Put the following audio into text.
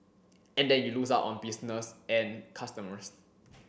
and then you lose out on business and customers